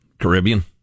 Caribbean